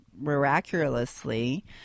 miraculously